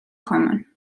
common